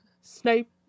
Snape